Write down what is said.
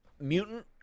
mutant